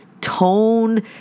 tone